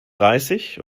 dreißig